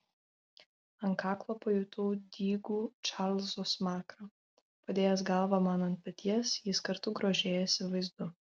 ant kaklo pajutau dygų čarlzo smakrą padėjęs galvą man ant peties jis kartu grožėjosi vaizdu